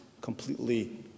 completely